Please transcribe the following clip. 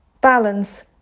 Balance